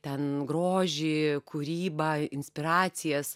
ten grožį kūrybą inspiracijas